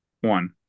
One